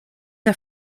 der